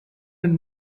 had